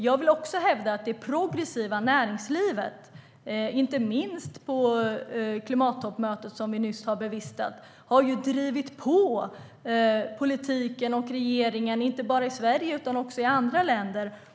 Jag vill också hävda att det progressiva näringslivet, inte minst på det klimattoppmöte vi nyss har bevistat, har drivit på politiken och regeringen, inte bara i Sverige utan också i andra länder.